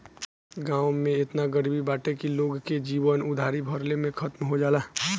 गांव में एतना गरीबी बाटे की लोग के जीवन उधारी भरले में खतम हो जाला